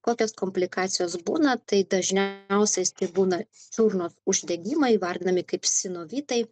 kokios komplikacijos būna tai dažniausiais tai būna čiurnos uždegimai įvardinami kaip sinovytai